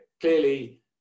clearly